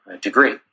degree